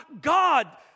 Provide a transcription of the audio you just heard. God